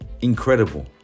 Incredible